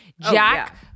Jack